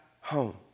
home